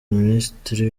minisitiri